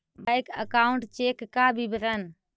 Bank account check का विवरण?